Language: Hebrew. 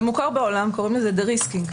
זה מוכר בעולם, קוראים לזה דריסקינג.